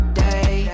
day